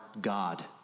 God